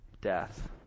Death